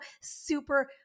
super